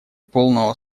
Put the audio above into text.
полного